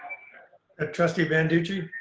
ah trustee banducci?